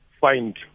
find